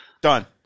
done